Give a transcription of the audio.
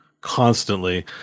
constantly